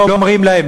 לא אומרים להם,